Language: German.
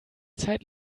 zeit